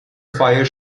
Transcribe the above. fire